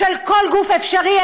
של כל גוף אפשרי,